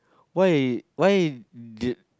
why why t~